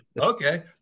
okay